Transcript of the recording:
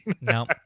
no